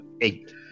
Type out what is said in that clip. eight